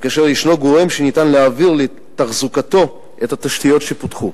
וכאשר ישנו גורם שניתן להעביר לתחזוקתו את התשתיות שפותחו.